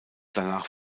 danach